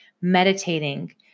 meditating